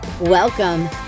Welcome